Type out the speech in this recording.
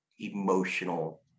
emotional